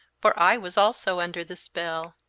for i was also under the spell.